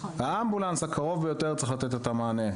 האמבולנס הקרוב ביותר צריך לתת את המענה.